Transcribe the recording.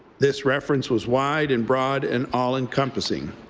this reference was wide and broad and all encompassing.